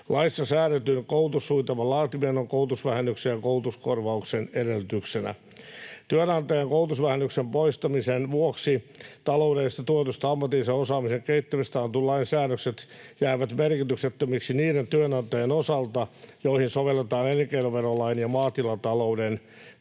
Laissa säädetyn koulutussuunnitelman laatiminen on koulutusvähennyksen ja koulutuskorvauksen edellytyksenä. Työnantajan koulutusvähennyksen poistamisen vuoksi taloudellisesti tuetusta ammatillisen osaamisen kehittämisestä annetun lain säännökset jäävät merkityksettömiksi niiden työnantajien osalta, joihin sovelletaan elinkeinoverolain ja maatilatalouden